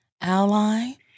ally